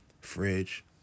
fridge